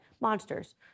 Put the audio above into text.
monsters